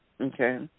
Okay